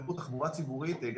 תחבורה ציבורית,